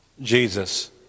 Jesus